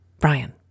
Brian